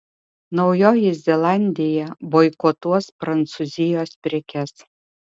naujoji zelandija boikotuos prancūzijos prekes